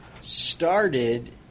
started